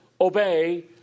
obey